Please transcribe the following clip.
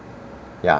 yeah